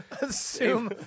Assume